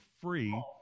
free